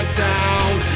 town